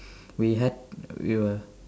we had we were